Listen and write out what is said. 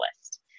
list